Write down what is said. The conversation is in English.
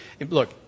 look